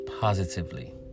positively